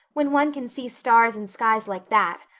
when one can see stars and skies like that,